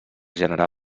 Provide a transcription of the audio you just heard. generar